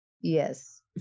Yes